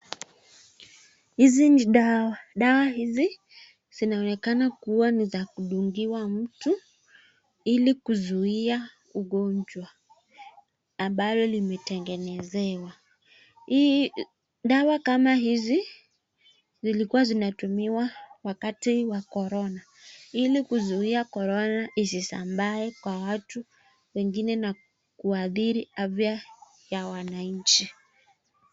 Hizi ni dawa, dawa hizi zinaonekana kuwa ni za kudungiwa mtu ili kuziia ugonjwa ambalo limetengenezewa. Dawa kama hizi zilikuwa zinatumiwa wakati wa korona ili kuzuia korona isisambae kwa watu wengine na kuadhiri afya ya wananchi.